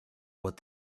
what